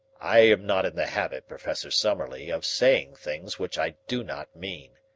i am not in the habit, professor summerlee, of saying things which i do not mean.